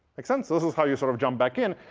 makes sense? so this is how you sort of jump back in.